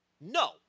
No